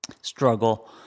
struggle